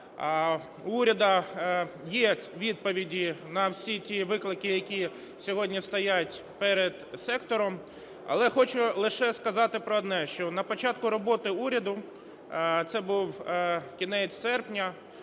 В уряду є відповіді на всі ті виклики, які сьогодні стоять перед сектором. Але хочу лише сказати про одне, що на початку роботи уряду - це був кінець серпня,